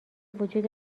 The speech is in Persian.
وجود